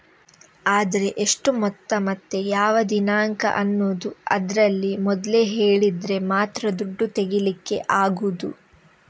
ಆದ್ರೆ ಎಷ್ಟು ಮೊತ್ತ ಮತ್ತೆ ಯಾವ ದಿನಾಂಕ ಅನ್ನುದು ಅದ್ರಲ್ಲಿ ಮೊದ್ಲೇ ಹೇಳಿದ್ರೆ ಮಾತ್ರ ದುಡ್ಡು ತೆಗೀಲಿಕ್ಕೆ ಆಗುದು